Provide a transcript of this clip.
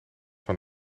van